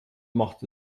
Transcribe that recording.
macht